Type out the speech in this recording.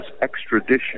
extradition